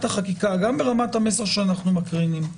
החקיקה גם ברמת המסר שאנחנו מקרינים.